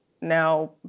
now